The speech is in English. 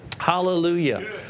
hallelujah